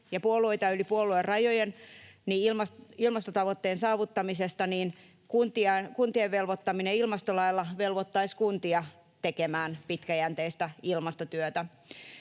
puolueita yli puoluerajojen ilmastotavoitteen saavuttamisesta, niin kuntien velvoittaminen ilmastolailla velvoittaisi kuntia tekemään pitkäjänteistä ilmastotyötä.